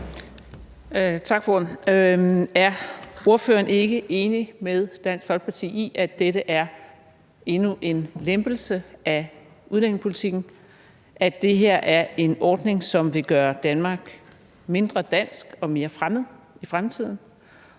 Tak for ordet. Er ordføreren ikke enig med Dansk Folkeparti i, at dette er endnu en lempelse af udlændingepolitikken; at det her er en ordning, som vil gøre Danmark mindre dansk og mere fremmed i fremtiden?